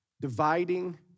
Dividing